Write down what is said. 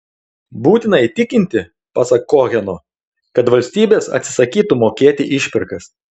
būtina įtikinti pasak koheno kad valstybės atsisakytų mokėti išpirkas